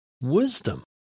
wisdom